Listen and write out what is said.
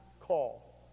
call